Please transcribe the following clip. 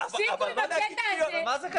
תפסיקו עם הקטע הזה של לייהד את הגליל.